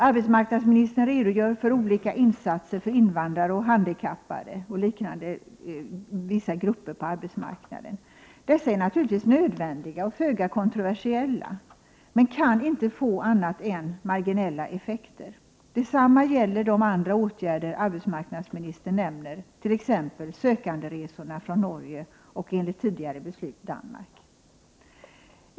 Arbetsmarknadsministern redogör för olika insatser för invandrare, handikappade och vissa andra grupper på arbetsmarknaden. Dessa insatser är naturligtvis nödvändiga och föga kontroversiella, men kan inte få annat än marginella effekter. Detsamma gäller de andra åtgärder arbetsmarknadsministern nämner, t.ex. sökanderesorna från Norge och, enligt tidigare beslut, från Danmark.